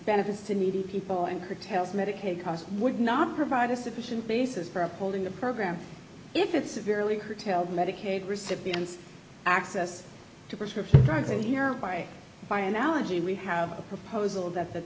benefits to needy people and curtails medicaid costs would not provide a sufficient basis for upholding the program if it severely curtailed medicaid recipients access to prescription drugs and by by analogy we have a proposal that the